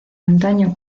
antaño